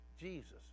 Jesus